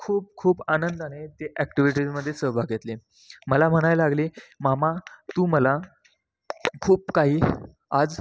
खूप खूप आनंदाने ती ॲक्टिव्हिटीजमध्ये सहभाग घेतली मला म्हणाय लागली मामा तू मला खूप काही आज